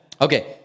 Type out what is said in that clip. Okay